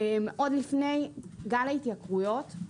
עוד לפני גל ההתייקרויות,